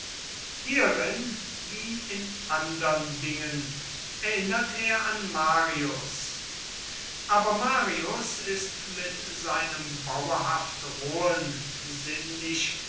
hierin wie in andern dingen erinnert er an marius aber marius ist mit seinem bauerhaft rohen sinnlich